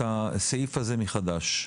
את הסעיף הזה מחדש.